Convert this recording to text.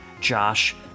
Josh